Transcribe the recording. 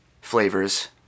flavors